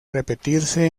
repetirse